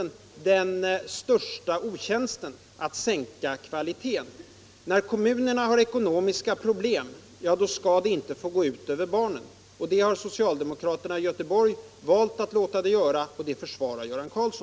barnstugeutbyggnaden och i syfte att förhindra att de av prisoch hyresstegringar redan hårt ansatta barnfamiljerna ytterligare drabbas?